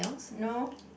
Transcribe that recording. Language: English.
no